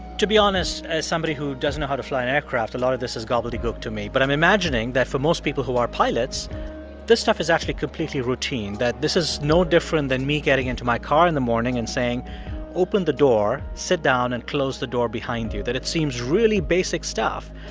to be honest, as somebody who doesn't know how to fly an aircraft, a lot of this is gobbledegook to me, but i'm imagining that for most people who are pilots this stuff is actually completely routine, that this is no different than me getting into my car in the morning and saying open the door, sit down and close the door behind you, that it seems really basic stuff.